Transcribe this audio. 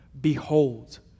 behold